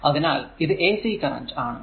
അതിനാൽ ഇത് ac current ആണ്